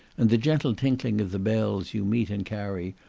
and the gentle tinkling of the bells you meet and carry,